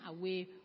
away